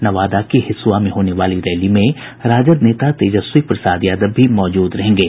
नवादा के हिसुआ में होने वाली रैली में राजद नेता तेजस्वी प्रसाद यादव भी मौजूद रहेंगे